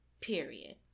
period